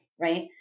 right